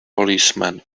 policemen